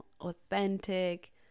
authentic